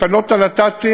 לפנות את הנת"צים,